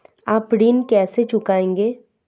आप ऋण कैसे चुकाएंगे?